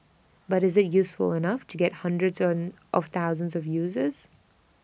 but is IT useful enough to get hundreds on of thousands of users